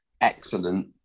excellent